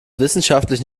wissenschaftlich